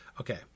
Okay